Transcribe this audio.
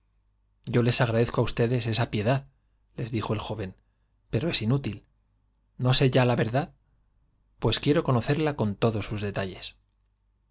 yo les agradezco á ustedes esa piedad les el joven inútil n o sé ya la verdad dijo pero es pues quiero conocerla con todos sus detalles